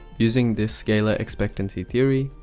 using this scalar expectancy theory,